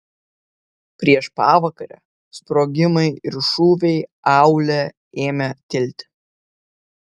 prieš pavakarę sprogimai ir šūviai aūle ėmė tilti